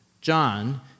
John